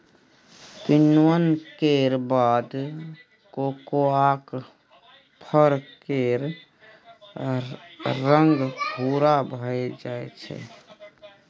किण्वन केर बाद कोकोआक फर केर रंग भूरा भए जाइ छै